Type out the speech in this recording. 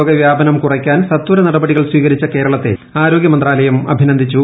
രോഗവ്യാപനം കുറയ്ക്കാൻ സത്വര നടപടികൾ സ്വീകരിച്ച കേരളത്തെ ആരോഗ്യമന്ത്രാലയം അഭിനന്ദിച്ചു